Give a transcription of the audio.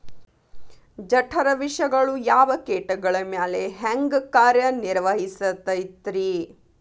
ಜಠರ ವಿಷಗಳು ಯಾವ ಕೇಟಗಳ ಮ್ಯಾಲೆ ಹ್ಯಾಂಗ ಕಾರ್ಯ ನಿರ್ವಹಿಸತೈತ್ರಿ?